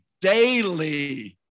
daily